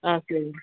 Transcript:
ஆ சரிங்க